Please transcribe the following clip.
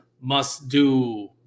must-do